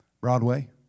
Broadway